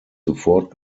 sofort